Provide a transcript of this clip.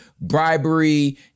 bribery